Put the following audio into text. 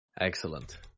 Excellent